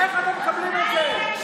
איך אתם מקבלים את זה?